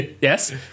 Yes